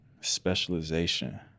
specialization